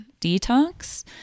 detox